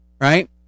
Right